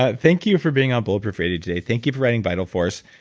but thank you for being on bulletproof radio today. thank you for writing vital force.